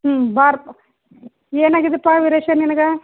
ಹ್ಞೂ ಬಾರಪ್ಪ ಏನು ಆಗಿದೆಪ್ಪ ವೀರೇಶ ನಿನಗೆ